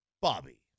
Bobby